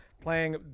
Playing